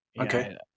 okay